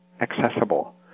accessible